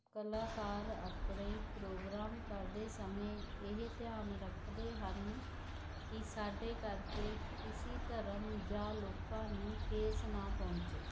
ਕਲਾਕਾਰ ਆਪਣੇ ਪ੍ਰੋਗਰਾਮ ਕਰਦੇ ਸਮੇਂ ਇਹ ਧਿਆਨ ਰੱਖਦੇ ਹਨ ਕਿ ਸਾਡੇ ਕਰਕੇ ਕਿਸੀ ਧਰਮ ਜਾਂ ਲੋਕਾਂ ਨੂੰ ਠੇਸ ਨਾ ਪਹੁੰਚੇ